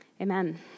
Amen